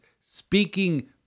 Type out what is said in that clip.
speaking